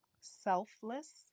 selfless